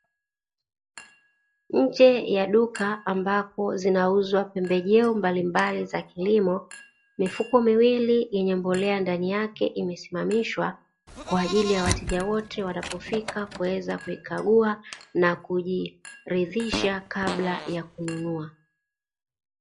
Nje ya duka ambapo zinauzwa pembejeo mbalimbali za kilimo, mifuko miwili yenye mbolea ndani yake imesimamishwa, kwa ajili ya wateja wote wanapofika kuweza kuikagua na kujiridhisha kabla ya kununua.